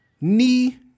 knee